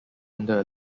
under